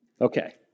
Okay